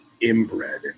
inbred